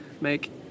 make